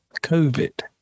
COVID